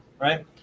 right